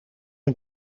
een